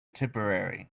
tipperary